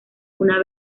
una